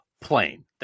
Plane